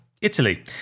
Italy